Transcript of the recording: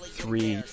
Three